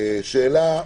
וזה יהיה יותר קל ומבוסס.